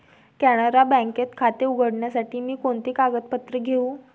कॅनरा बँकेत खाते उघडण्यासाठी मी कोणती कागदपत्रे घेऊ?